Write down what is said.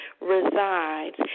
resides